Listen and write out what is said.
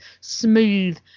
smooth